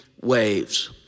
waves